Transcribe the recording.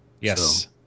Yes